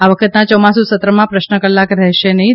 આ વખતના ચોમાસુ સત્રમાં પ્રશ્ન કલાક રહેશે નહિં